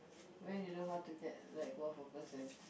why do you know how to get like what for person